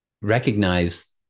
recognize